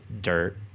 Dirt